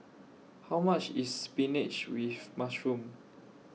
How much IS Spinach with Mushroom